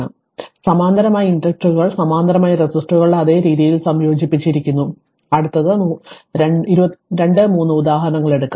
അതിനാൽ സമാന്തരമായി ഇൻഡക്റ്ററുകൾ സമാന്തരമായി റെസിസ്റ്ററുകളുടെ അതേ രീതിയിൽ സംയോജിപ്പിച്ചിരിക്കുന്നു അടുത്തത് 2 3 ഉദാഹരണങ്ങൾ എടുക്കും